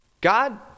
God